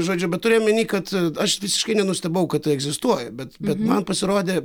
žodžiu bet turiu omeny kad aš visiškai nenustebau kad tai egzistuoja bet bet man pasirodė